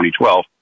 2012